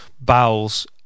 bowels